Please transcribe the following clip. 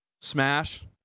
Smash